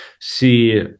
see